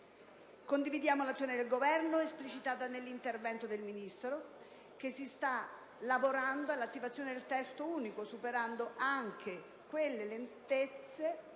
Condividiamo l'azione del Governo, esplicitata nell'intervento del Ministro, che sta lavorando alla attivazione del Testo unico, superando anche quelle lentezze